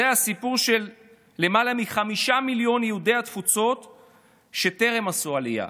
זה הסיפור של למעלה מחמישה מיליון יהודי התפוצות שטרם עשו עלייה,